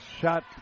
Shot